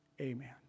Amen